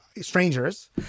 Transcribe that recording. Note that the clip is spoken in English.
strangers